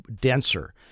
denser